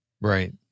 Right